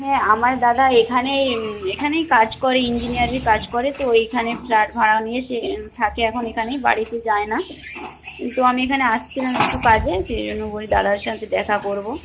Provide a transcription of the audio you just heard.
হ্যাঁ আমার দাদা এখানে এখানেই কাজ করে ইঞ্জিনিয়ারের কাজ করে তো এখানে ফ্ল্যাট ভাড়া নিয়েছে থাকে এখন এখানেই বাড়িতে যায় না তো আমি এখানে আসছিলাম একটু কাজে সেই জন্য ওই দাদার সাথে দেখা করবো